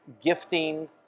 gifting